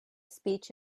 speech